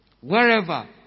wherever